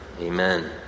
Amen